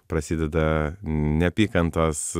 prasideda neapykantos